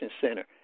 center